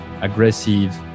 aggressive